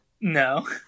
No